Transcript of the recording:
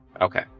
okay